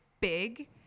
big